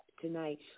tonight